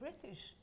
British